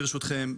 ברשותכם,